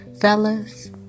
Fellas